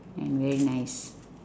and very nice